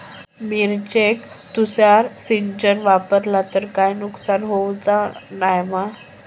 मिरचेक तुषार सिंचन वापरला तर काय नुकसान होऊचा नाय मा?